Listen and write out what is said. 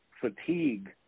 fatigue